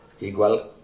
Igual